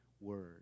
word